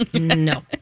No